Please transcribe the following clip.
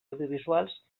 audiovisuals